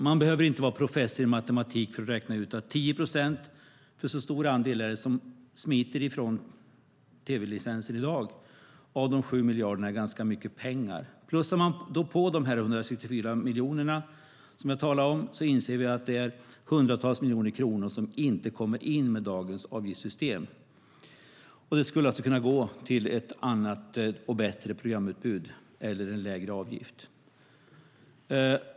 Man behöver inte vara professor i matematik för att räkna ut att 10 procent - så stor andel är det som smiter från tv-licensen i dag - av 7 miljarder är ganska mycket pengar. Plussar man på de 164 miljonerna som jag talade om inser vi att de är hundratals miljoner kronor som inte kommer in med dagens avgiftssystem. De pengarna skulle kunna gå till ett annat och bättre programutbud eller en lägre avgift.